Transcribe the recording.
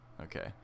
okay